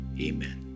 Amen